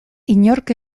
inork